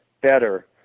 better